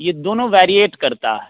ये दोनों वैरिएट करता है